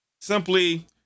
Simply